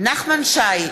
נחמן שי,